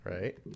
Right